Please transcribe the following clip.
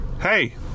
hey